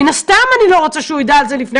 מן הסתם אני לא רוצה שהוא יידע על זה לפני